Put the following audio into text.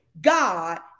God